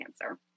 cancer